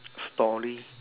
story